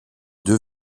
deux